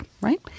right